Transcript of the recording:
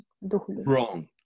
Wrong